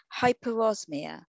hyperosmia